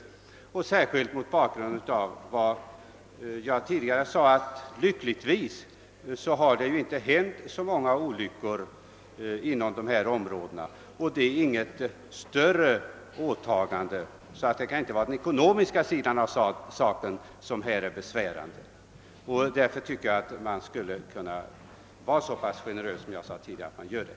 Ett sådant skydd skulle även vara motiverat mot bakgrund av vad jag tidigare framhållit, att det lyckligtvis inte hänt så många olyckor på dessa områden, varför det inte kan vara fråga om något större åtagande från statens sida. Det kan alltså inte vara den ekonomiska sidan av saken som här är besvärande. Därför tycker jag att man borde kunna vara så generös att man gör de som frivilligt arbetar i försvarets tjänst delaktiga av det föreslagna skyddet.